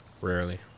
rarely